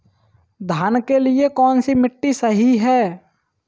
धान के लिए कौन सी मिट्टी सही है?